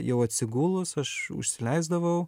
jau atsigulus aš užsileisdavau